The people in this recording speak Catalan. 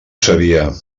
sabia